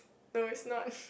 no it's not